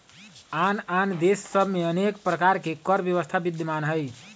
आन आन देश सभ में अनेक प्रकार के कर व्यवस्था विद्यमान हइ